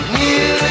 new